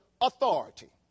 authority